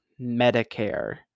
Medicare